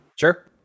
sure